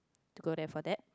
to go there for that